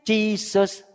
Jesus